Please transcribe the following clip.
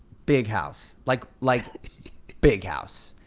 big house, like like big house.